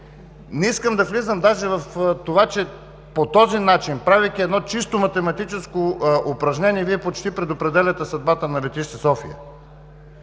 Не искам да влизам даже в това, че по този начин – правейки едно чисто математическо упражнение, Вие почти предопределяте съдбата на Летище София